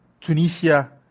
Tunisia